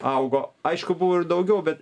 augo aišku buvo ir daugiau bet